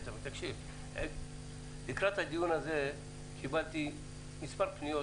לקראת הדיון הזה קיבלתי מספר פניות